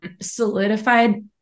solidified